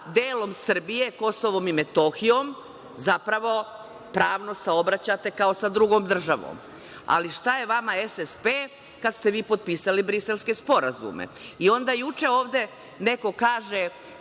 delom Srbije, Kosovom i Metohijom, zapravo, pravno saobraćate kao sa drugom državom. Ali, šta je vama SSP, kad ste vi potpisali Briselske sporazume? Onda juče, ovde, neko kaže